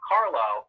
Carlo